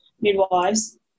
midwives